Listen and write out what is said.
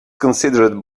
considered